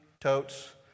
totes